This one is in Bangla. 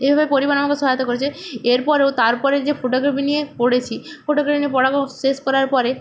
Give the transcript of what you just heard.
এইভাবে পরিবার আমাকে সহায়তা করেছে এর পরেও তার পরে যে ফোটোগ্রাফি নিয়ে পড়েছি ফোটোগ্রাফি নিয়ে পাড়াকো শেষ করার পরে